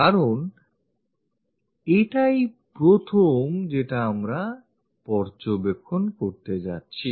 কারণ এটাই প্রথম যেটা আমরা পর্যবেক্ষণ করতে যাচ্ছি